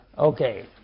Okay